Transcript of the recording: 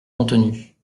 contenue